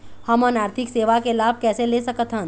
हमन आरथिक सेवा के लाभ कैसे ले सकथन?